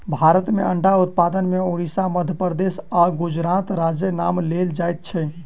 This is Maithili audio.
भारत मे अंडा उत्पादन मे उड़िसा, मध्य प्रदेश आ गुजरात राज्यक नाम लेल जाइत छै